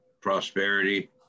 prosperity